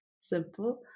simple